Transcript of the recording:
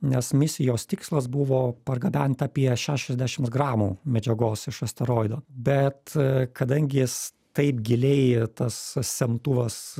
nes misijos tikslas buvo pargabent apie šešiasdešims gramų medžiagos iš asteroido bet kadangi jis taip giliai tas semtuvas